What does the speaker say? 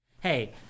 Hey